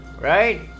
right